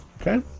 Okay